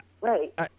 Right